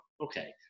okay